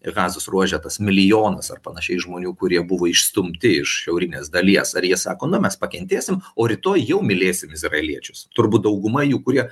ir gazos ruože tas milijonas ar panašiai žmonių kurie buvo išstumti iš šiaurinės dalies ar jie sako na mes pakentėsim o rytoj jau mylėsim izraeliečius turbūt dauguma jų kurie